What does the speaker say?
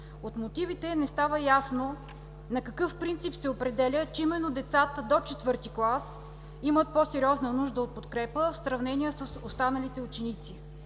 От мотивите не става ясно на какъв принцип се определя, че именно децата до четвърти клас имат по-сериозна нужда от подкрепа в сравнение с останалите ученици.